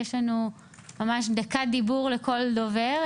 יש לנו ממש דקת דיבור לכל דובר.